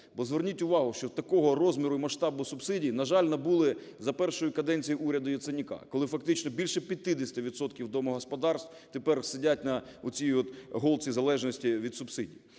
Бо зверніть увагу, що такого розміру і масштабу субсидії, на жаль, набули за першої каденції уряду Яценюка, коли фактично більше 50 відсотків домогосподарств тепер сидять на цій голці залежності від субсидій.